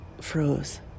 froze